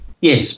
Yes